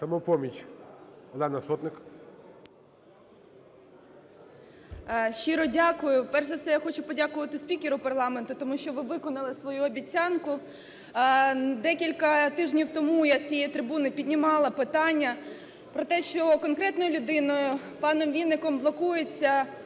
СОТНИК О.С. Щиро дякую. Перш за все, я хочу подякувати спікеру парламенту, тому що ви виконали свою обіцянку. Декілька тижнів тому я з цієї трибуни піднімала питання про те, що конкретною людиною, паном Вінником, блокується